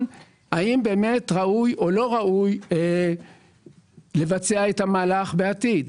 האם באמת ראוי או לא ראוי לבצע את המהלך בעתיד.